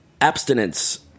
abstinence